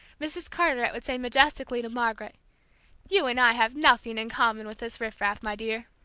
mrs. carteret would say majestically to margaret you and i have nothing in common with this riff-raff, my dear!